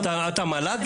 אתה המל"ג?